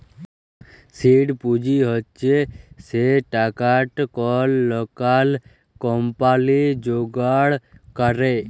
seed পুঁজি হছে সে টাকাট কল লকাল কম্পালি যোগাড় ক্যরে